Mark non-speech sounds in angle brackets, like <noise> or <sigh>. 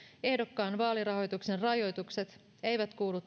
ehdokkaan vaalirahoituksen rajoitukset eivät kuulu <unintelligible>